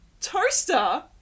toaster